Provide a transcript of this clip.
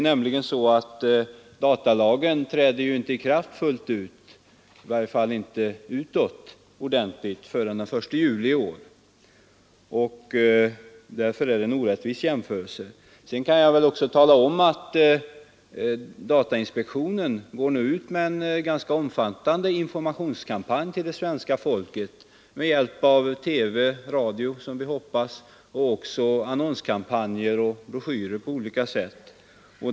Datalagen träder nämligen inte i kraft fullt ut — i varje fall utåt — förrän den 1 juli i år. Därför är det en orättvis jämförelse. Sedan kan jag också tala om att datainspektionen går ut med en ganska omfattande informationskampanj till svenska folket med hjälp av TV och radio — hoppas vi — och olika slag av annonser och broschyrer.